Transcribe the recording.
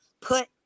put